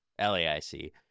laic